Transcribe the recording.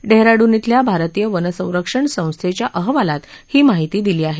डेहराडून खिल्या भारतीय वन सर्वेक्षण संस्थेच्या अहवालात ही माहिती दिली आहे